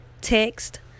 text